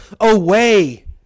away